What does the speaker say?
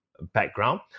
background